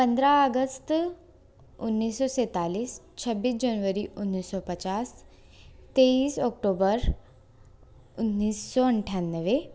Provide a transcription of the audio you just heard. पंद्रह अगस्त उन्नीस सौ सैंतालिस छब्बीस जनवरी उन्नीस सौ पच्चास तेईस ओक्टूबर उन्नीस सौ अट्ठानवे